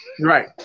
right